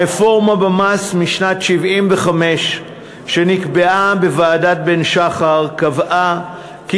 הרפורמה במס משנת 1975 שנקבעה בוועדת בן-שחר קבעה כי